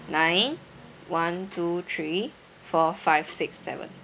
nine one two three four five six seven